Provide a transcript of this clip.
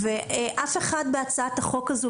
אף אחד בהצעת החוק הזו,